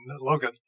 Logan